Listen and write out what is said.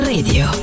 Radio